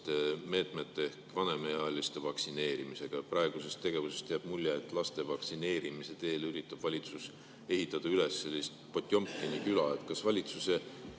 meetmetega ehk vanemaealiste vaktsineerimisega. Praegusest tegevusest jääb mulje, et laste vaktsineerimise teel üritab valitsus ehitada üles Potjomkini küla. Kas valitsuse